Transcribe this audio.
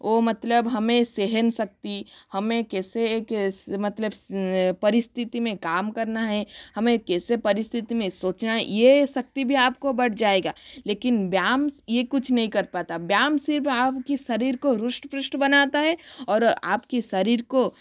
ओ मतलब हमें सहनशक्ति हमें कैसे मतलब परिस्तिथि में काम करना है हमें कैसे परिस्थिति में सोचना ये शक्ति भी आपको बढ़ जाएगा लेकिन व्यायाम ये कुछ नहीं कर पाता व्यायाम सिर्फ आपकी शरीर को रुष्ट पृष्ट बनाता है और आपके शरीर को